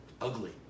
ugly